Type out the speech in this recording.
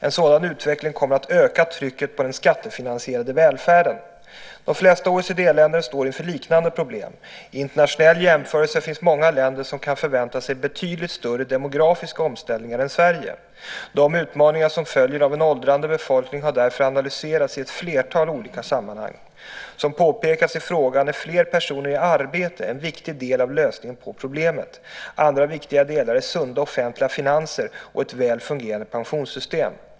En sådan utveckling kommer att öka trycket på den skattefinansierade välfärden. De flesta OECD-länder står inför liknande problem. I internationell jämförelse finns många länder som kan förvänta sig betydligt större demografiska omställningar än Sverige. De utmaningar som följer av en åldrande befolkning har därför analyserats i ett flertal olika sammanhang. Som påpekas i frågan är fler personer i arbete en viktig del av lösningen på problemet. Andra viktiga delar är sunda offentliga finanser och ett väl fungerande pensionssystem.